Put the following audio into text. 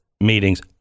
meetings